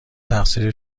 تقصیر